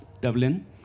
Dublin